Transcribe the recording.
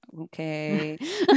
Okay